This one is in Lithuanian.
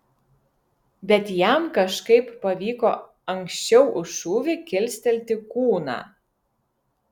bet jam kažkaip pavyko anksčiau už šūvį kilstelti kūną